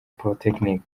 polytechnic